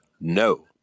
No